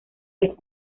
los